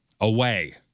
away